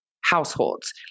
households